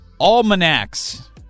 almanacs